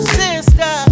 sister